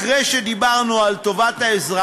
אחרי שדיברנו על טובת האזרח,